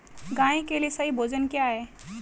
गाय के लिए सही भोजन क्या है?